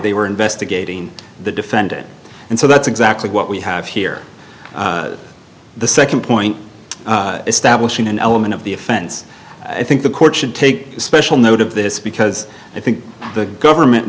they were investigating the defendant and so that's exactly what we have here the second point establishing an element of the offense i think the court should take special note of this because i think the government